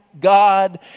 God